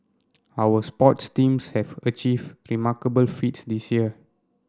our sports teams have achieved remarkable feats this year